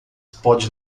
pode